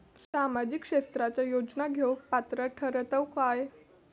सामाजिक क्षेत्राच्या योजना घेवुक पात्र ठरतव काय?